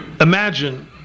imagine